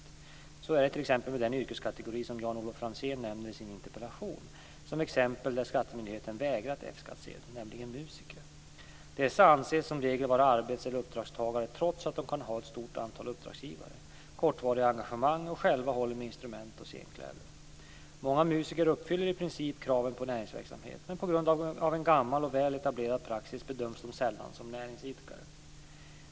Så är det t.ex. med den yrkeskategori som Jan-Olof Franzén nämner i sin interpellation som exempel där skattemyndigheten vägrat F-skattsedel, nämligen musiker. Dessa anses som regel vara arbets eller uppdragstagare trots att de kan ha ett stort antal uppdragsgivare, kortvariga engagemang och själva håller med instrument och scenkläder. Många musiker uppfyller i princip kraven på näringsverksamhet, men på grund av en gammal och väl etablerad praxis bedöms de sällan som näringsidkare.